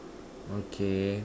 okay